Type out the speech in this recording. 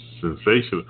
sensation